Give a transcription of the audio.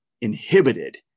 inhibited